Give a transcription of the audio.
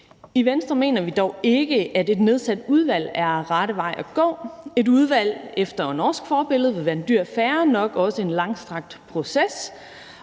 I Venstre mener vi dog ikke, at et nedsat udvalg er den rette vej at gå. Et udvalg efter norsk forbillede vil være en dyr affære og nok også en langstrakt proces.